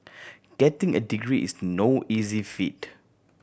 getting a degree is no easy feat